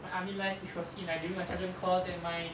like army life which was in like during my sergeant course and my